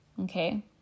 okay